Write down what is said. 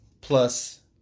plus